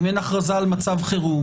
אם אין הכרזה על מצב חירום,